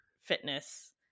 fitness